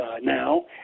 now